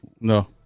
no